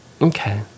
Okay